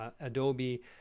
Adobe